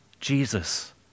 Jesus